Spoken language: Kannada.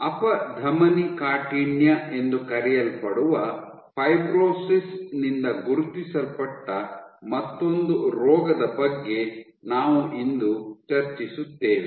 ಅಪಧಮನಿಕಾಠಿಣ್ಯ ಎಂದು ಕರೆಯಲ್ಪಡುವ ಫೈಬ್ರೋಸಿಸ್ ನಿಂದ ಗುರುತಿಸಲ್ಪಟ್ಟ ಮತ್ತೊಂದು ರೋಗದ ಬಗ್ಗೆ ಇಂದು ನಾವು ಚರ್ಚಿಸುತ್ತೇವೆ